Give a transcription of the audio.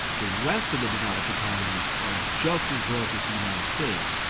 the rest of the developed economies are just as broke as the united states,